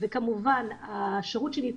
נעים